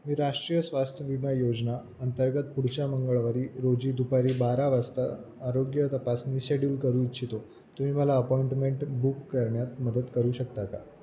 मी राष्ट्रीय स्वास्थ विमा योजना अंतर्गत पुढच्या मंगळवारी रोजी दुपारी बारा वाजता आरोग्य तपासणी शेड्यूल करू इच्छितो तुम्ही मला अपॉइंटमेंट बुक करण्यात मदत करू शकता का